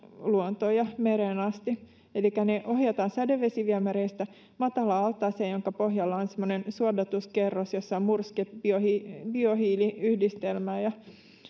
luontoon ja mereen asti elikkä vedet ohjataan sadevesiviemäreistä matalaan altaaseen jonka pohjalla on semmoinen suodatuskerros jossa on murske biohiili biohiili yhdistelmää ja